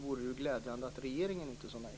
vore det ju glädjande om regeringen inte sade nej.